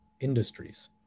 industries